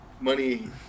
money